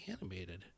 animated